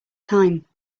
time